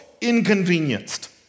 inconvenienced